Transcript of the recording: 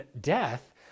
death